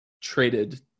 traded